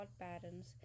patterns